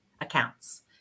accounts